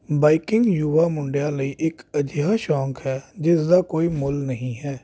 biking ਯੁਵਾ ਮੁੰਡਿਆਂ ਲਈ ਇੱਕ ਅਜਿਹਾ ਸ਼ੌਂਕ ਹੈ ਜਿਸ ਦਾ ਕੋਈ ਮੁੱਲ ਨਹੀਂ ਹੈ